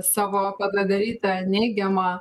savo padarytą neigiamą